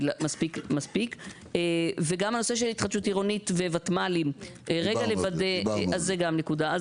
גם הנושא של התחדשות עירונית וותמ"לים זו גם נקודה.